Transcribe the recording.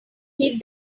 keep